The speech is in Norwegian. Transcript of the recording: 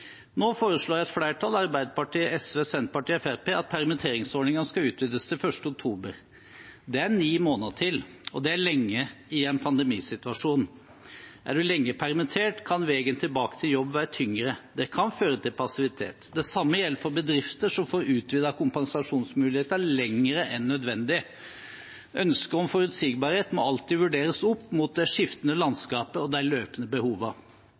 Nå foreslår et flertall, Arbeiderpartiet, SV, Senterpartiet og Fremskrittspartiet, at permitteringsordningene skal utvides til 1. oktober. Det er ni måneder til, og det er lenge i en pandemisituasjon. Er en lenge permittert, kan veien tilbake til jobb være tyngre. Det kan føre til passivitet. Det samme gjelder for bedrifter som får utvidet kompensasjonsmulighetene lenger enn nødvendig. Ønsket om forutsigbarhet må alltid vurderes opp mot det skiftende landskapet og de løpende